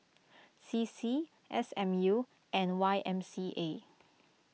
C C S M U and Y M C A